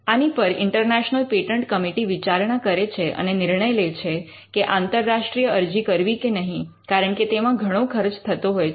આની પર international patent committee વિચારણા કરે છે અને નિર્ણય લે છે કે આંતરરાષ્ટ્રીય અરજી કરવી કે નહીં કારણ કે તેમાં ઘણો ખર્ચ થતો હોય છે